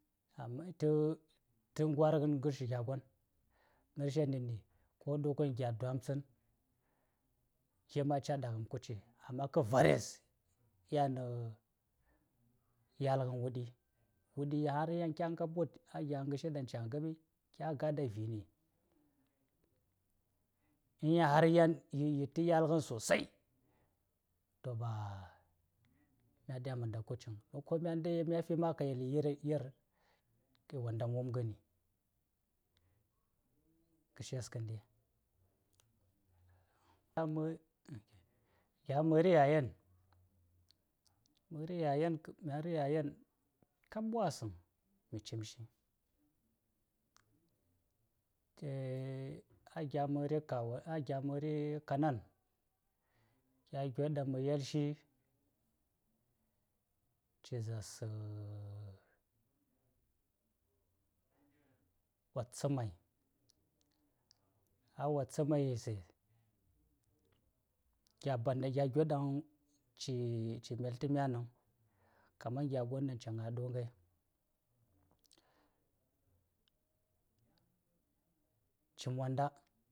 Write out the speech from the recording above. ﻿kaman ta-ta ɓwarghen ngarshi gya gwon, mya slya na ni, ko na wuŋ gya gam tsan, yan ma ca ɗagham kutci amma ka vares, yan na ya̱ lghan wuɗi. Wutɗi, har kya ngab wud a na garshi ɗaŋ ca ngaɓi, kya ga ɗa vinni, in yan har ma ya lghan sosai, to ba mya ɗya ma nda kutci vaŋ. To ko ka mya ndai, mya fi ma ka yel yiren, to wo ndam wumganni. Ngarshes ŋgandi. Ɗaŋni, gya mari yayan; mari yayan-mari yayan, kabwasaŋ, ma cimshi a gya mari kawa-a gya mari kanan gya gwon ɗaŋ ma yirshi, ci zarsa wotsamay a wotsamayes, gya-banda gya gwon ɗaŋ ci, ci mel ta mya naŋ, kaman gya gwon ɗaŋ ci ŋa ɗonghai ci monda.